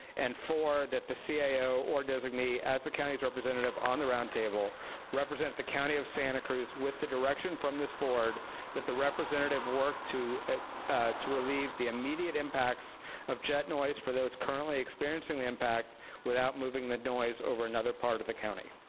and four, that the cao or designee as the county's representative on the roundtable represent the county of santa cruz with the direction from this board that the representative work to ah to relieve the immediate impacts of jet noise for those currently experiencing the impact without moving the noise over another part of the county.